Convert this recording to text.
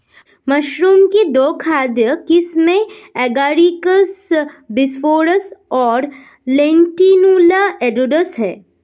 mushroom की दो खाद्य किस्में एगारिकस बिस्पोरस और लेंटिनुला एडोडस है